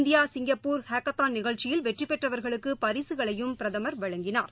India Singapore hackathon நிகழ்ச்சியில் வெற்றிபெற்றவர்களுக்குபரிசுகளையும் பிரதமர் வழங்கினார்